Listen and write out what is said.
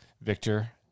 Victor